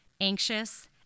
anxious